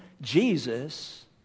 Jesus